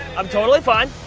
i'm totally fine.